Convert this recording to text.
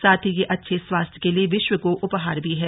साथ ही यह अच्छे स्वास्थ्य के लिए विश्व को उपहार भी है